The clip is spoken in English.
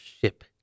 Ship